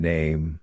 Name